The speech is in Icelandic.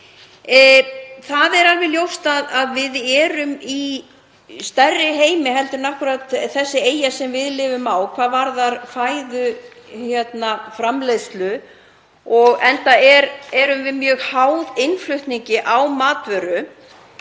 Það er alveg ljóst að við erum í stærri heimi heldur en akkúrat þessi eyja sem við lifum á hvað varðar fæðuframleiðslu enda erum við mjög háð innflutningi á matvöru